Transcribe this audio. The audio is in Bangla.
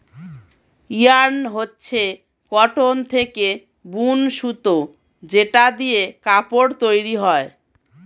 ইয়ার্ন হচ্ছে কটন থেকে বুন সুতো যেটা দিয়ে কাপড় তৈরী হয়